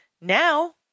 Now